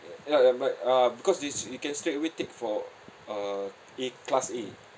ya ya but uh because this you can straight away take for uh A class A